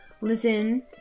listen